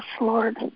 Lord